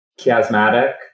Chiasmatic